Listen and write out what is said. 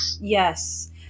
yes